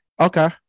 Okay